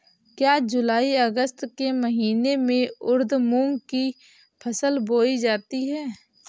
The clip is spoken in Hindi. क्या जूलाई अगस्त के महीने में उर्द मूंग की फसल बोई जाती है?